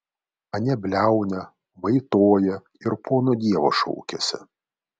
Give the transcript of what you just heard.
anie bliauna vaitoja ir pono dievo šaukiasi